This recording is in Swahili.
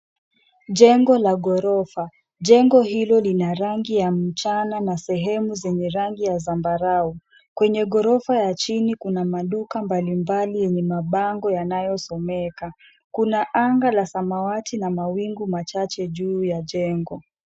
Jengo la gorofa, jengo hilo lina rangi ya mchana na sehemu zenye rangi ya sambarau. Kwenye gorofa ya chini kuna maduka mbalimbali yenye mabango yanayosomeka. Kuna anga la samawati na mawingu machache juu ya jengo.